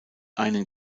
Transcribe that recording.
einen